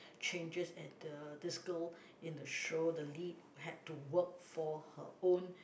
changes and the this girl in the show the lead had to work for her own